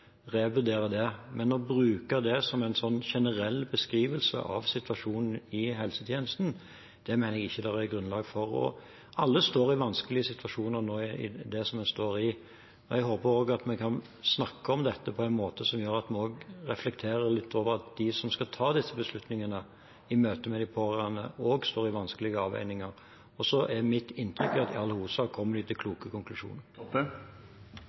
Men å bruke det som en sånn generell beskrivelse av situasjonen i helsetjenesten, det mener jeg ikke det er grunnlag for. Alle står i vanskelige situasjoner nå. Jeg håper at vi kan snakke om dette på en måte som gjør at man også reflekterer litt over at de som skal ta disse beslutningene i møte med de pårørende, også står i vanskelige avveininger. Og mitt inntrykk er at de i all hovedsak kommer til kloke konklusjoner.